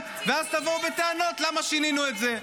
ואז תבואו בטענות למה שינינו את זה.